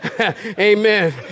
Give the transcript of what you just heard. Amen